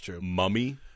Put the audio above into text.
mummy